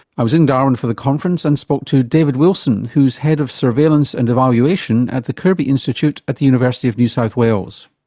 i was in darwin for the conference and spoke to david wilson who is head of surveillance and evaluation at the kirby institute at the university of new south wales.